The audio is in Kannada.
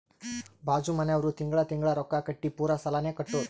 ಬಾಜು ಮನ್ಯಾವ್ರು ತಿಂಗಳಾ ತಿಂಗಳಾ ರೊಕ್ಕಾ ಕಟ್ಟಿ ಪೂರಾ ಸಾಲಾನೇ ಕಟ್ಟುರ್